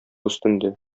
өстендә